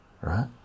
right